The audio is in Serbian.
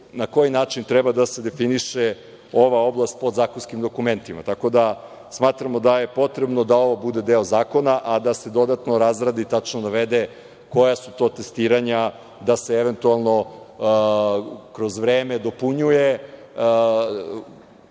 na koji način treba da se definiše ova oblast podzakonskim dokumentima, tako da smatramo da je potrebno da ovo bude deo zakona, a da se dodatno razradi i tačno navede koja su to testiranja, da se eventualno kroz vreme dopunjuje,